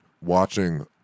watching